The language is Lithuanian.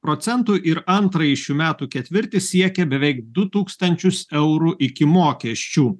procentų ir antrąjį šių metų ketvirtį siekė beveik du tūkstančius eurų iki mokesčių